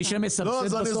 אני אסביר לך את הטיעון.